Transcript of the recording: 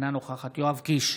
אינה נוכחת יואב קיש,